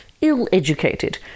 ill-educated